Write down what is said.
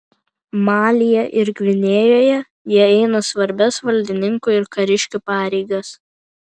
malyje ir gvinėjoje jie eina svarbias valdininkų ir kariškių pareigas